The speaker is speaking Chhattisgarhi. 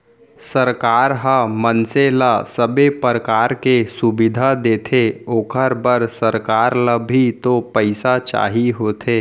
सरकार ह मनसे ल सबे परकार के सुबिधा देथे ओखर बर सरकार ल भी तो पइसा चाही होथे